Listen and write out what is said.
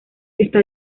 está